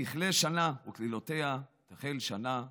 תכלה שנה וקללותיה, תחל שנה וברכותיה.